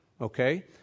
Okay